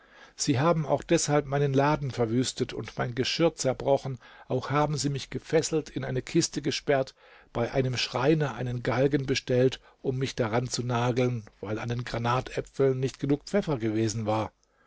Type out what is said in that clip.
sie haben auch deshalb meinen laden verwüstet und mein geschirr zerbrochen auch haben sie mich gefesselt in eine kiste gesperrt bei einem schreiner einen galgen bestellt um mich daran zu nageln weil an den granatäpfeln nicht genug pfeffer gewesen war